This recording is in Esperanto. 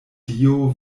dio